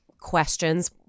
questions